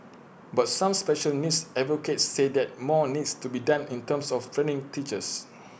but some special needs advocates say that more needs to be done in terms of training teachers